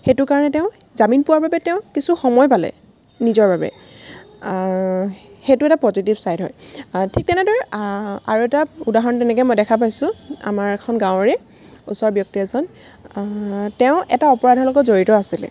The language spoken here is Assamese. সেইটো কাৰণে তেওঁ জামিন পোৱাৰ বাবে তেওঁ কিছু সময় পালে নিজৰ বাবে সেইটো এটা পজিটিভ ছাইড হয় ঠিক তেনেদৰে আৰু এটা উদাহৰণ তেনেকৈ মই দেখা পাইছোঁ আমাৰ এখন গাঁৱৰে ওচৰৰ ব্যক্তি এজন তেওঁ এটা অপৰাধৰ লগত জড়িত আছিলে